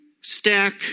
stack